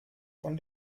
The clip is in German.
von